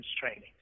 training